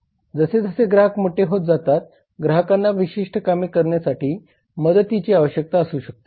जसजसे ग्राहक मोठे होत जातात ग्राहकांना विशिष्ट कामे करण्यासाठी मदतीची आवश्यकता असू शकते